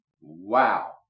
Wow